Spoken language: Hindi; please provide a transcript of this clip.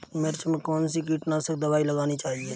मिर्च में कौन सी कीटनाशक दबाई लगानी चाहिए?